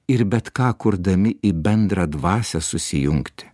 ir bet ką kurdami į bendrą dvasią susijungti